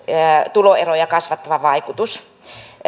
tuloeroja kasvattava vaikutus